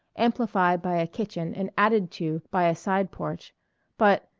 amplified by a kitchen and added to by a side-porch but,